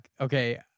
okay